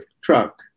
truck